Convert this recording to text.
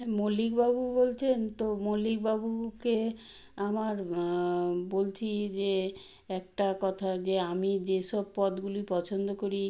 হ্যাঁ মল্লিকবাবু বলছেন তো মল্লিকবাবুকে আমার বলছি যে একটা কথা যে আমি যেসব পদগুলি পছন্দ করি